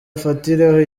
afatiraho